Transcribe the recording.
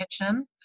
Kitchen